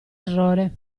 errore